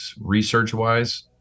research-wise